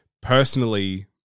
personally